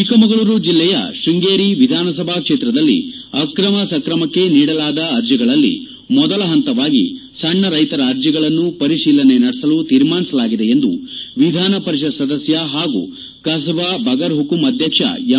ಚಿಕ್ಕಮಗಳೂರು ಜಿಲ್ಲೆಯ ಶೃಂಗೇರಿ ವಿಧಾನ ಸಭಾ ಕ್ಷೇತ್ರದಲ್ಲಿ ಆಕ್ರಮ ಸಕ್ರಮಕ್ಕೆ ನೀಡಲಾದ ಅರ್ಜಿಗಳಲ್ಲಿ ಮೊದಲ ಹಂತವಾಗಿ ಸಣ್ಣ ರೈತರ ಅರ್ಜಿಗಳನ್ನು ಪರಿಶೀಲನೆ ನಡೆಸಲು ತೀರ್ಮಾನಿಸಲಾಗಿದೆ ಎಂದು ವಿಧಾನ ಪರಿಷತ್ ಸದಸ್ದ ಹಾಗು ಕಸಬಾ ಬಗರ್ ಹುಕುಂ ಅಧ್ಯಕ್ಷ ಎಂ